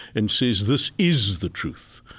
and says, this is the truth.